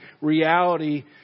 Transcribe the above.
reality